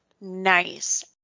nice